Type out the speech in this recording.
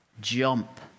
jump